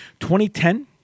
2010